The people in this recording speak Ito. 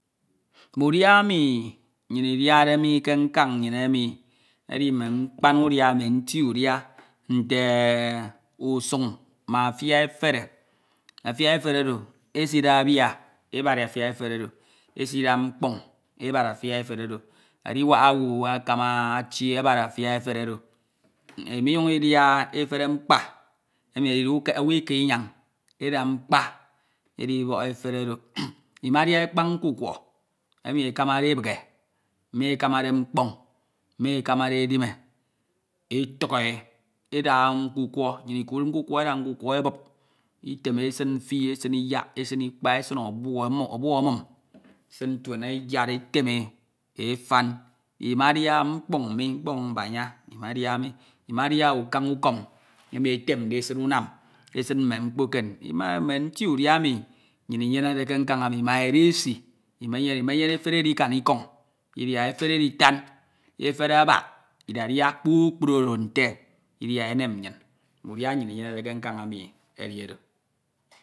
. Mme udia emi nnyin idiade mi ke nkam, nnyin emi edi mme mkpan udia, mme nti udia nte usuñ ma afia etere Afia efere oro esida bia ebadi atia efere oro, esida mkpoñ ebadi afia efere oro. Adinwak owu ekama achi ebadi afia efere oro, mioryuñ idia efere mkpa emi edide owu ika eda mkpa edibok efene orọ miadia ekpañ nkukwọ emi ekamade ebeghe, me ekamade mkpọñ me ekamade enem etuk e, eda nkukwọ eda nkukwo ebup Item, esin mfi, esm iyak, esin ikpa, esm ọbu, ọbu ebum, esin ntien eyad, etem e e fan imedia mkpọñ panya mi, imadia mi, imadia ukañ ukọm enu etemde esin unam, esun mme mkpo eken. Mme nti udia emi nnyin nnye ede ke nkan emi ma edesi, imenyene efene edika ikọñ, idia efere editom, efene abak idadia kpukpru nte idia enem nmyin udia nnyun myenede ke nkan enu edi oro.